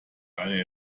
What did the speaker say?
eine